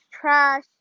trash